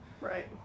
right